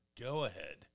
go-ahead